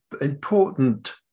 important